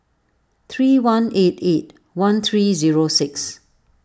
three one eight eight one three zero six